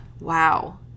Wow